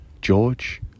george